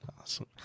Awesome